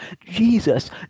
Jesus